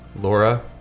Laura